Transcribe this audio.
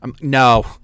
No